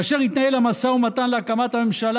כאשר התנהל המשא ומתן להקמת הממשלה